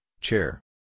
chair